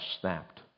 snapped